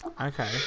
Okay